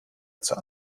zur